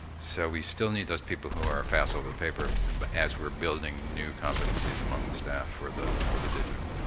so we still need those people who are fast with paper, and but as we're building new competencies among the staff for the for the digital.